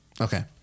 Okay